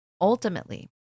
Ultimately